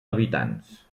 habitants